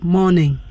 Morning